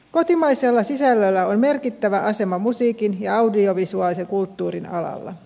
kotimaisella sisällöllä on merkittävä asema musiikin ja audiovisuaalisen kulttuurin alalla